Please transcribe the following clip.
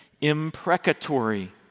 imprecatory